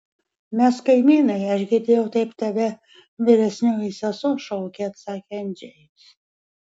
mes kaimynai aš girdėjau taip tave vyresnioji sesuo šaukia atsakė andžejus